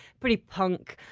pretty punk,